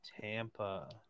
Tampa